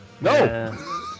No